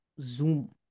Zoom